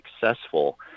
successful